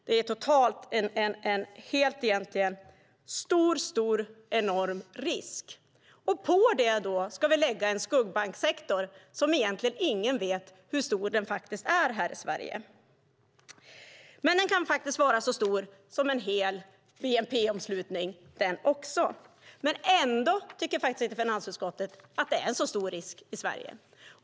Det är egentligen en enorm risk. Och på detta ska vi lägga en skuggbanksektor som egentligen ingen vet storleken på här i Sverige, men den kan faktiskt också vara så stor som en hel bnp-omslutning. Ändå tycker inte finansutskottet att det är en så stor risk i Sverige.